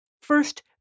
First